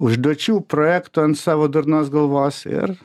užduočių projektų ant savo durnos galvos ir